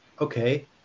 Okay